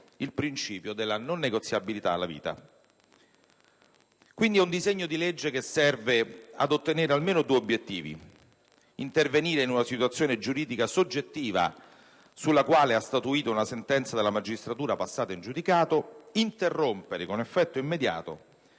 il principio della non negoziabilità del diritto alla vita. Quindi è un disegno di legge che serve ad ottenere almeno due obiettivi: intervenire in una situazione giuridica soggettiva sulla quale ha statuito una sentenza della magistratura passata in giudicato e interrompere con effetto immediato